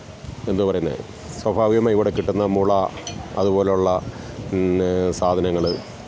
എന്താണ് പറയുന്നത് സ്വാഭാവികമായി ഇവിടെ കിട്ടുന്ന മുള അതുപോലുള്ള സാധനങ്ങള്